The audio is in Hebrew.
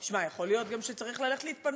שמע, יכול להיות גם שצריך ללכת להתפנות.